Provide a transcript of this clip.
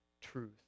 truth